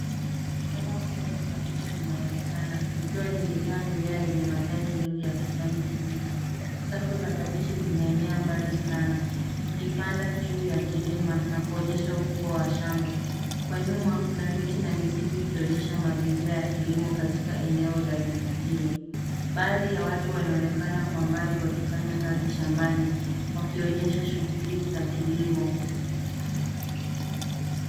Shamba kubwa la kabichi linaonekana likiwa limejaa mimea yenye majani mengi ya kijani kibichi. Safu za kabichi zimeenea mbali sana, zikipanda juu ya kilima na kuonyesha ukubwa wa shamba. Kwa nyuma kuna miti na misitu ikionyesha mazingira ya kilimo katika eneo la vijijini. Baadhi ya watu wanaonekana kwa mbali wakifanya kazi shambani wakionyesha shughuli za kilimo.